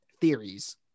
theories